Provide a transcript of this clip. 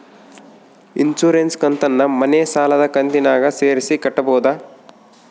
Insurance ಕಂತನ್ನ ಮನೆ ಸಾಲದ ಕಂತಿನಾಗ ಸೇರಿಸಿ ಕಟ್ಟಬೋದ?